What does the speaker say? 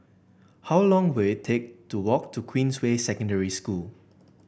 how long will it take to walk to Queensway Secondary School